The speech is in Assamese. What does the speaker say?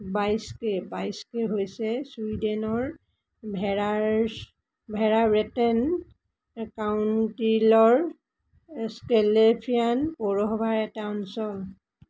বাইস্কে বাইস্কে হৈছে ছুইডেনৰ ভেৰাৰছ ভেৰাভেটেন কাউনটিলৰ স্কেলেফিয়ান পৌৰসভাৰ এটা অঞ্চল